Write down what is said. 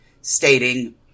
stating